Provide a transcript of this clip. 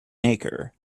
acre